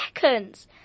seconds